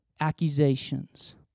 accusations